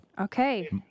Okay